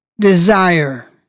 desire